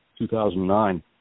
2009